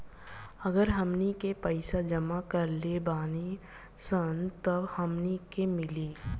अगर हमनी के पइसा जमा करले बानी सन तब हमनी के मिली